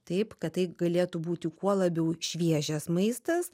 taip kad tai galėtų būti kuo labiau šviežias maistas